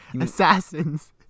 assassins